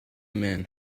men